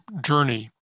journey